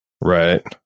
Right